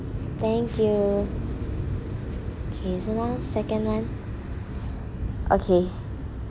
thank you okay okay second one okay